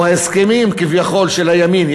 או ההסכמים כביכול של הימין,